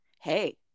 hey